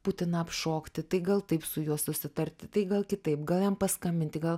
putiną apšokti tai gal taip su juo susitarti tai gal kitaip gal jam paskambinti gal